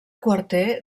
quarter